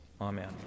Amen